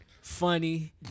funny